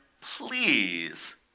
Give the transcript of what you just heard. please